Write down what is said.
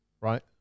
right